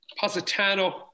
Positano